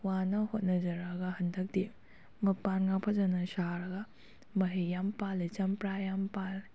ꯋꯥꯅ ꯍꯣꯠꯅꯖꯔꯛꯑꯒ ꯍꯟꯗꯛꯇꯤ ꯃꯄꯥꯟꯒ ꯐꯖꯅ ꯁꯥꯔꯒ ꯃꯍꯩ ꯌꯥꯝ ꯄꯥꯟꯂꯦ ꯆꯝꯄ꯭ꯔꯥ ꯌꯥꯝ ꯄꯥꯜꯂꯦ